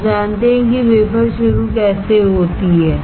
आप जानते हैं कि वेफर शुरू कैसे होती है